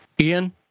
ian